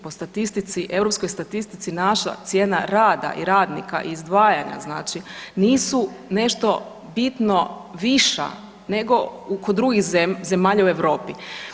Po statistici, europskoj statistici naša cijena rada i radnika i izdvajanja znači nisu nešto bitno viša nego kod drugih zemalja u Europi.